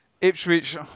Ipswich